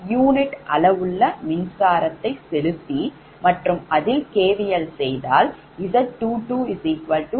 u அளவுள்ள மின்சாரத்தை செலுத்தி மற்றும் அதில் KVL செய்தால் Z22V210